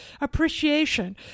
appreciation